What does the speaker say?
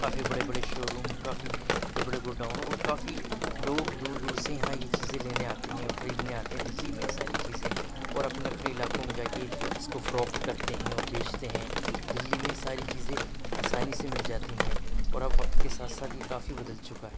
کافی بڑے بڑے showroom کافی بڑے بڑے گوڈاؤن اور کافی لوگ دور دور سے یہاں یہ چیزیں لینے آتے ہیں اور خریدنے آتے ہیں دلی میں یہ ساری چیزیں اور اپنے اپنے علاقوں میں جا کے اس کو فروخت کرتے ہیں اور بیچتے ہیں دلی میں یہ ساری چیزیں آسانی سے مل جاتی ہیں اور اب وقت کے ساتھ ساتھ یہ کافی بدل چکا ہے